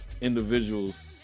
individuals